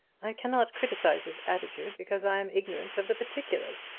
i cannot criticize his attitude, because i am ignorant of the particulars.